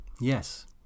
Yes